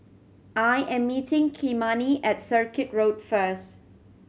I am meeting Kymani at Circuit Road first